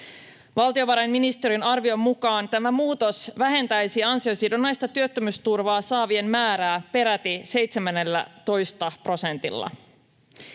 Valtiovarainministeriön arvion mukaan tämä muutos vähentäisi ansiosidonnaista työttömyysturvaa saavien määrää peräti 17 prosentilla.